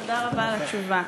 תודה רבה על התשובה.